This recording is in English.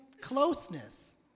closeness